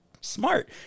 smart